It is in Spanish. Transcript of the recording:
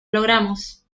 logramos